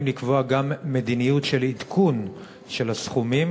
לקבוע גם מדיניות של עדכון של הסכומים,